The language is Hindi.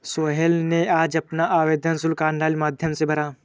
सोहेल ने आज अपना आवेदन शुल्क ऑनलाइन माध्यम से भरा